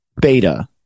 beta